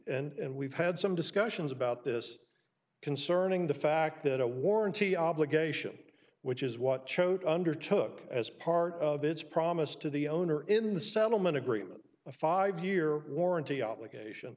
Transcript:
do d and we've had some discussions about this concerning the fact that a warranty obligation which is what choat undertook as part of its promise to the owner in the settlement agreement a five year warranty obligation